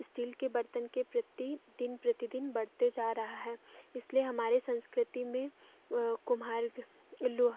steel के बर्तन के प्रति दिन प्रतिदिन बढ़ते जा रहा है इसलिए हमारे संस्कृति में कुम्हार लोहा